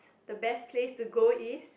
the best place to go is